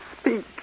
speak